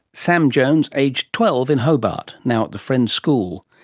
sam jones, aged twelve, in hobart, now at the friends' school.